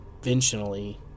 conventionally